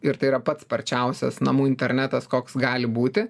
ir tai yra pats sparčiausias namų internetas koks gali būti